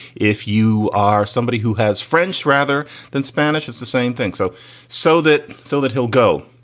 if you are somebody who has french rather than spanish, it's the same thing. so so that so that he'll go,